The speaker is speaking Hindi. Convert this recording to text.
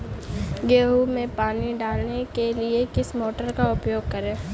गेहूँ में पानी डालने के लिए किस मोटर का उपयोग करें?